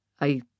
I